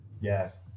Yes